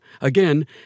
Again